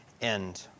end